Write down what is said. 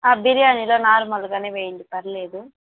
బిర్యానీలో నార్మల్గానే వేయండి పర్లేదు